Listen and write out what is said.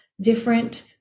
different